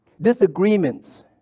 disagreements